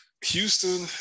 houston